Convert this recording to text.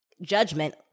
judgment